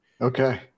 okay